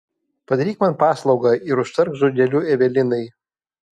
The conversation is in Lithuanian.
padaryk man paslaugą ir užtark žodeliu evelinai